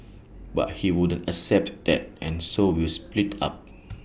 but he wouldn't accept that and so we split up